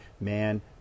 man